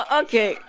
okay